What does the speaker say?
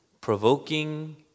provoking